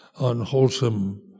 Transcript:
unwholesome